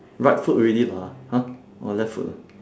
right foot already ah !huh! oh left foot ah